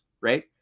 right